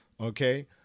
Okay